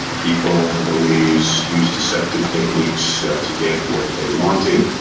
people have always used deceptive techniques to get what they wanted.